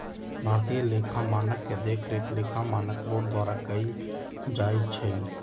भारतीय लेखा मानक के देखरेख लेखा मानक बोर्ड द्वारा कएल जाइ छइ